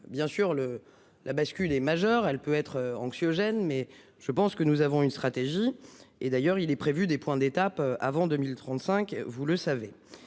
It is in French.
bien sûr le la bascule est majeur, elle peut être anxiogène, mais. Je pense que nous avons une stratégie et d'ailleurs il est prévu des points d'étape avant 2035 vous le savez